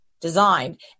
designed